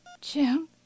Jim